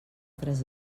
tres